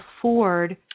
afford